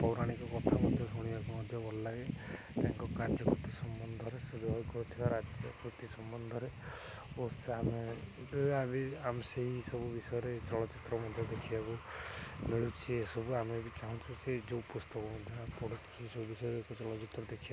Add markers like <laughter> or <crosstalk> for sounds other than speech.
ପୌରାଣିକ କଥା ମଧ୍ୟ ଶୁଣିବାକୁ ମଧ୍ୟ ଭଲ ଲାଗେ ତାଙ୍କ କାର୍ଯ୍ୟକୃତି ସମ୍ବନ୍ଧରେ ସୁଯୋଗ କରୁଥିବା ରାଜ୍ୟ କୃତି ସମ୍ବନ୍ଧରେ ଓ ଆମେ ଆମେ ସେଇସବୁ ବିଷୟରେ ଚଳଚ୍ଚିତ୍ର ମଧ୍ୟ ଦେଖିବାକୁ ମିଳୁଛିି ଏସବୁ ଆମେ ବି ଚାହୁଁଛୁ ସେ ଯେଉଁ ପୁସ୍ତକ ମଧ୍ୟ <unintelligible> ବିଷୟରେ ଏକ ଚଳଚ୍ଚିତ୍ର ଦେଖିବାକୁ